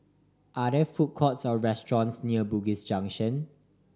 are there food courts or restaurants near Bugis Junction